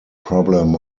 problem